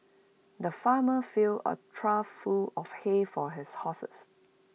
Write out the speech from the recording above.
the farmer filled A trough full of hay for his horses